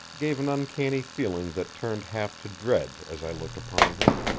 gave an uncanny feeling that turned half to dread as i looked upon her.